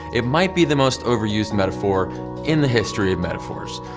it might be the most overused metaphor in the history of metaphors,